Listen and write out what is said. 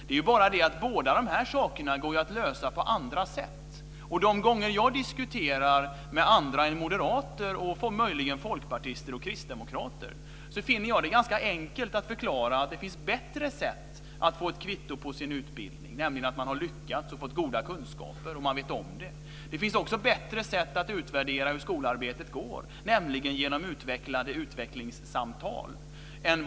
Det är bara det att båda de här sakerna går att klara på andra sätt. Vid de tillfällen när jag diskuterar med andra än moderater och möjligen folkpartister och kristdemokrater finner jag det ganska enkelt att förklara att det finns bättre sätt att få kvitto på sin utbildning, nämligen att man vet att man har lyckats få goda kunskaper. Det finns också bättre sätt än genom dagens betyg att utvärdera hur skolarbetet går, nämligen genom utökade utvecklingssamtal.